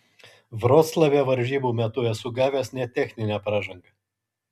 vroclave varžybų metu esu gavęs net techninę pražangą